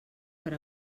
per